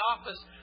office